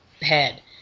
head